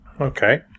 Okay